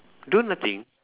do nothing